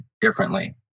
differently